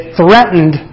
threatened